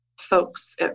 folks